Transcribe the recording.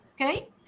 okay